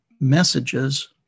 messages